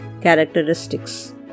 Characteristics